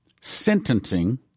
sentencing